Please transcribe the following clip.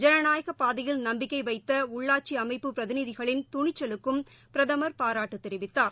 ஜனநாயக பாதையில் நம்பிக்கை வைத்த உள்ளாட்சி அமைப்பு பிரதிநிதிகளின் துனிச்சலுக்கும் பிரதமர் பாராட்டு தெரிவித்தார்